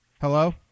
Hello